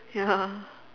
ya